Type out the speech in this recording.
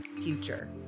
future